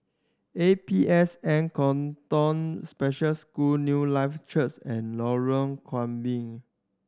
A P S N Katong Special School Newlife Church and Lorong Gambir